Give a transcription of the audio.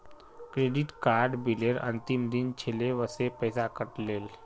credit card बिलेर अंतिम दिन छिले वसे पैसा कट ले